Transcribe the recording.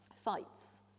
Fights